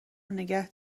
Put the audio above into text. نگه